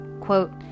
Quote